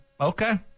Okay